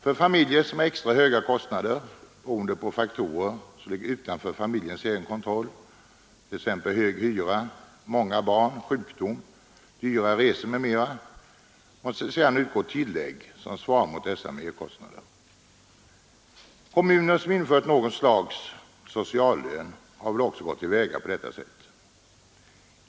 För familjer som har extra höga kostnader, beroende på faktorer som ligger utanför familjens egen kontroll — t.ex. hög hyra, många barn, sjukdom, dyra resor — måste det sedan utgå tillägg som svarar mot dessa merkostnader. Kommuner som infört något slags sociallön torde också ha gått till väga på detta sätt.